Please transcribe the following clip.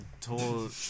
told